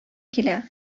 килә